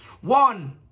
One